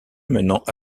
menant